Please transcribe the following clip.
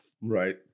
Right